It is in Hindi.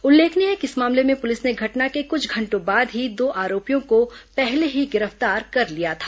उल्लेखनीय है कि इस मामले में पुलिस ने घटना के कुछ घंटों बाद ही दो आरोपियों को पहले ही गिरफ्तार कर लिया था